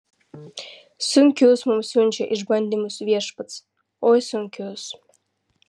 sunkius mums siunčia išbandymus viešpats oi sunkius